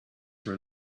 for